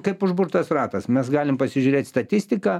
kaip užburtas ratas mes galim pasižiūrėti statistiką